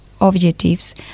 objectives